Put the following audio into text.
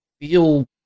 feel